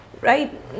Right